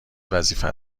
وظیفه